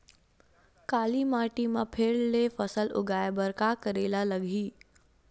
काली माटी म फेर ले फसल उगाए बर का करेला लगही?